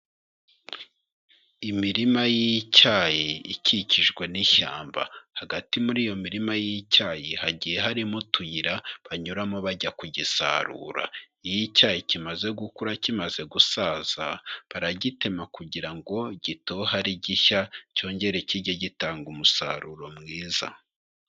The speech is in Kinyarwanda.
Imirima y'icyayi, ikikijwe n'ishyamba. Hagati muri iyo mirima y'icyayi, hagiye harimo utuyira, banyuramo bajya kugisarura. Iyo icyayi kimaze gukura kimaze gusaza, baragitema kugira ngo gitoha ari gishya, cyongere kijye gitanga umusaruro mwiza.